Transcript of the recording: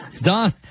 Don